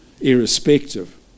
irrespective